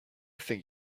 think